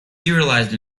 serialized